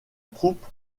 troupe